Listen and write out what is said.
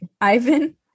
Ivan